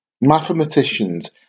mathematicians